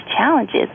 challenges